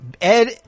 Ed